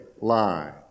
line